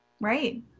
Right